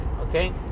okay